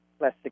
less